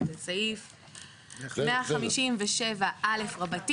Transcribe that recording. סעיף 157(א)(ו)